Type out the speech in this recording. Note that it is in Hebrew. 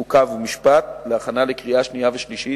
חוק ומשפט להכנה לקריאה שנייה ושלישית.